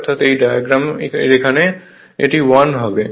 অর্থাৎ এই ডায়াগ্রাম এর এখানে এটি 1 হবে